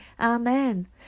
Amen